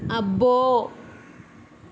అబ్బో